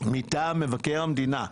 מטעם מבקר המדינה,